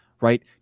right